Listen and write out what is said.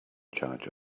charge